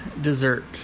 dessert